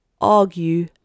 argue